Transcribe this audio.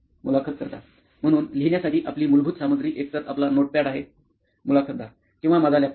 मुलाखतकर्ता म्हणून लिहिण्यासाठी आपली मूलभूत सामग्री एकतर आपला नोटपॅड आहे मुलाखतदार किंवा माझा लॅपटॉप